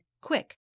quick